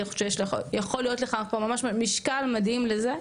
כי אני חושבת שיכול להיות לך פה ממש משקל מדהים לזה,